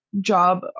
job